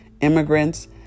immigrants